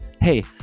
hey